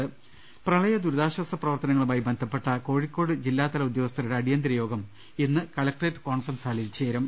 ൾഷ്ടെഴും പ്രളയദുരിതാശ്വാസ പ്രവർത്തനങ്ങളുമായി ബന്ധപ്പെട്ട കോഴിക്കോട്ട് ജില്ലാ തല ഉദ്യോഗസ്ഥരുടെ അടിയന്തര യോഗം ഇന്ന് കലക്ടറേറ്റ് കോൺഫറൻസ് ഹാളിൽ ചേരും